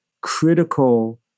critical